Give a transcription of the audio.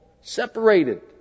separated